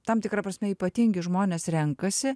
tam tikra prasme ypatingi žmonės renkasi